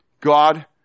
God